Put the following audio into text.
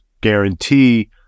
guarantee